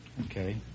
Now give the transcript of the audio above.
okay